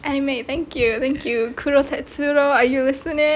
anime thank you thank you kuroo tetsuro are you listening